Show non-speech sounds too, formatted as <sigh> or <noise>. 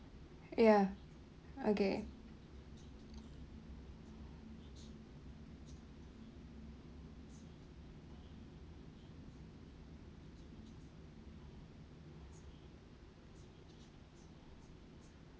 <breath> ya okay